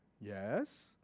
Yes